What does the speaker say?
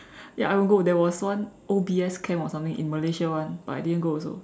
ya I won't go there was one O_B_S camp or something in Malaysia [one] but I didn't go also